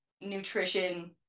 nutrition